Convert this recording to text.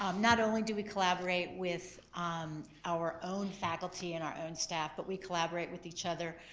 um not only do we collaborate with um our own faculty and our own staff but we collaborate with each other.